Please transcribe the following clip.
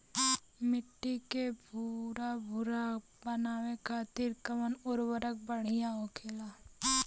मिट्टी के भूरभूरा बनावे खातिर कवन उर्वरक भड़िया होखेला?